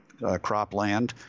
cropland